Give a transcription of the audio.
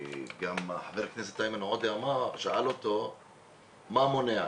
חבר הכנסת איימן עודה שאל אותו מה מונע,